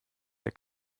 der